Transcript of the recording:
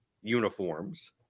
uniforms